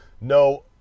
no